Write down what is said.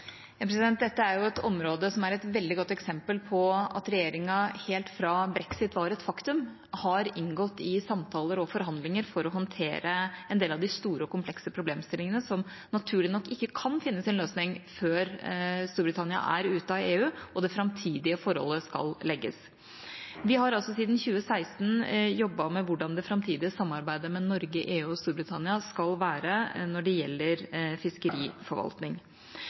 Dette er et område som er et veldig godt eksempel på at regjeringa helt fra brexit var et faktum, har inngått i samtaler og forhandlinger for å håndtere en del av de store og komplekse problemstillingene som naturlig nok ikke kan finne sin løsning før Storbritannia er ute av EU, og det framtidige forholdet skal legges. Vi har altså siden 2016 jobbet med hvordan det framtidige samarbeidet mellom Norge, EU og Storbritannia skal være når det gjelder fiskeriforvaltning.